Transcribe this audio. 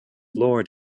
lord